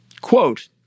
Quote